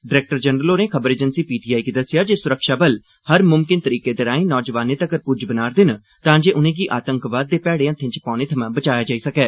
director general होरें खबर agency 'PTI' गी दस्सेआ जे सुरक्षाबल हर मुमकिन तरीके राएं नौजवानें तक्कर पुज्ज बना'रदे न तांजे उनें'गी आतंकवाद दे मैड़े हत्थें च पौने थमां बचाया जाई सकै